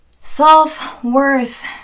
Self-worth